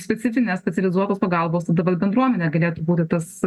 specifinės specializuotos pagalbos dabar bendruomenė galėtų būti tas